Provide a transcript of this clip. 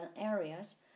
areas